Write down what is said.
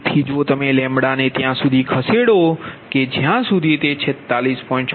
તેથી જો તમે ને ત્યાં સુધી ખસેડો જ્યા સુધી 46